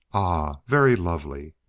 ah, very lovely!